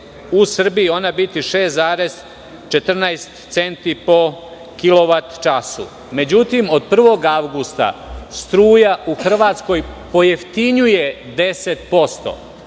u Srbiji ona biti 6,14 centi po kilovat-času. Međutim, od 1. avgusta struja u Hrvatskoj pojeftinjuje 10%,